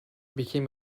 became